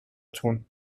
تون